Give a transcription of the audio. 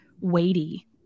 weighty